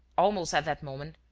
almost at that moment,